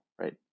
right